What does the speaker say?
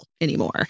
anymore